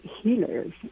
healers